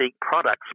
products